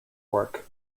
work